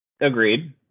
Agreed